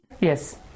Yes